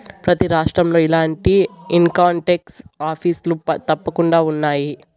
ప్రతి రాష్ట్రంలో ఇలాంటి ఇన్కంటాక్స్ ఆఫీసులు తప్పకుండా ఉన్నాయి